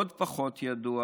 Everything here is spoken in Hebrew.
עוד פחות ידוע